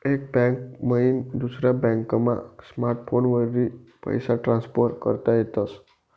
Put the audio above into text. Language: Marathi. एक बैंक मईन दुसरा बॅकमा स्मार्टफोनवरी पैसा ट्रान्सफर करता येतस